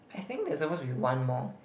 I think there's supposed to be one more